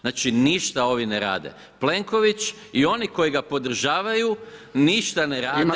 Znači ništa ovi ne rade, Plenković i oni koji ga podržavaju, ništa ne rade